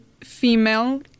female